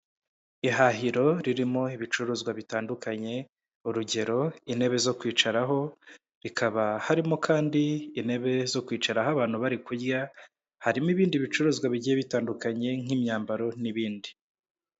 Ihahiro ririmo ibicuruzwa bitandukanye urugero intebe zo kwicaraho rikaba harimo kandi intebe zo kwicaraho abantu bari kurya harimo ibindi bicuruzwa bigiye bitandukanye nk'imyambaro n'ibindi.